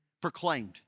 proclaimed